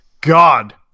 God